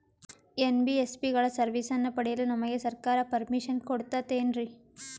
NBSC ಗಳ ಸರ್ವಿಸನ್ನ ಪಡಿಯಲು ನಮಗೆ ಸರ್ಕಾರ ಪರ್ಮಿಷನ್ ಕೊಡ್ತಾತೇನ್ರೀ?